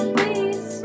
Please